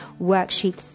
Worksheet